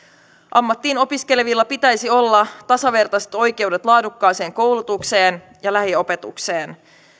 ammattiin opiskelevilla pitäisi olla tasavertaiset oikeudet laadukkaaseen koulutukseen ja lähiopetukseen